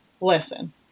listen